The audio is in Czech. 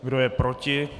Kdo je proti?